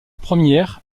première